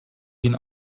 bin